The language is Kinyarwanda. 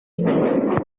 imbere